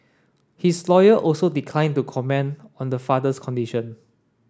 his lawyer also declined to comment on the father's condition